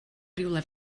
rywle